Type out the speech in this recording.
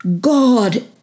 God